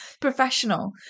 professional